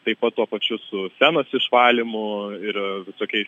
taip pat tuo pačiu su senos išvalymu ir tokiais